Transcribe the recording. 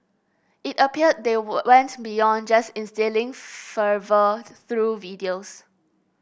it appears they went beyond just instilling fervour through videos